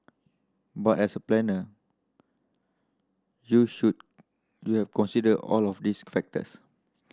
but as a planner you should you have consider all of these factors